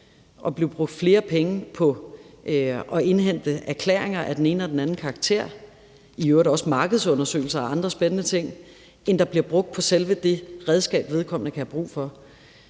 og flere penge på at indhente erklæringer af den ene eller anden karakter, i øvrigt også markedsundersøgelser og andre spændende ting, end der bliver brugt på selve det redskab, vedkommende kan have brug for.